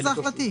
רק לאזרח ותיק.